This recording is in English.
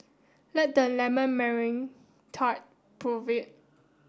let the lemon meringue tart prove it